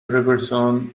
robson